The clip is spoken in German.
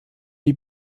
die